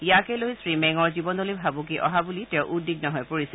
ইয়াকে লৈ শ্ৰীমেঙৰ জীৱনলৈ ভাবুকি অহা বুলি তেওঁ উদ্বিগ্ন হৈ পৰিছিল